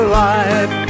life